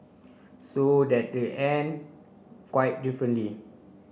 so that they ended quite differently